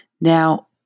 Now